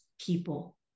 people